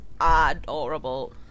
Adorable